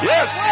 Yes